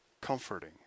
Comforting